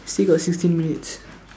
still got sixteen minutes